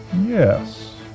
Yes